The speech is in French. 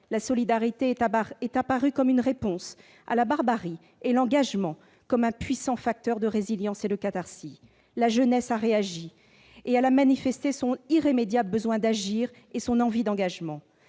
La solidarité est apparue comme une réponse à la barbarie ; l'engagement, comme un puissant facteur de résilience et de catharsis. La jeunesse a réagi en manifestant son irrémédiable besoin d'agir et son envie d'engagement.